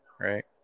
right